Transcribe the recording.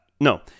No